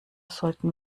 sollten